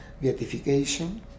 beatification